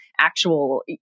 actual